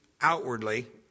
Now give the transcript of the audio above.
outwardly